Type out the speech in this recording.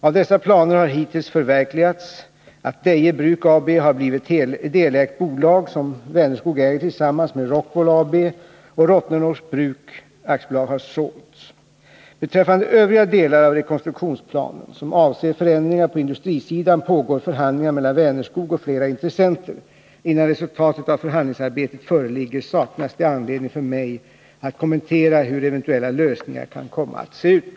Av dessa planer har hittills förverkligats att Deje Bruk AB har blivit delägt bolag, som Vänerskog äger tillsammans med Rockwool AB, och att Rottneros Bruk AB har sålts. Beträffande övriga delar av rekonstruktionsplanen, som avser förändringar på industrisidan, pågår förhandlingar mellan Vänerskog och flera intressenter. Innan resultatet av förhandlingsarbetet föreligger saknas det anledning för mig att kommentera hur eventuella lösningar kan komma att se ut.